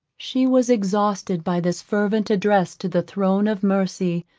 she was exhausted by this fervent address to the throne of mercy,